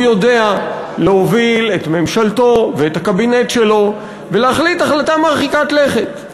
הוא יודע להוביל את ממשלתו ואת הקבינט שלו ולהחליט החלטה מרחיקת לכת.